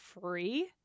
free